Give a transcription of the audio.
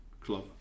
club